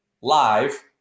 live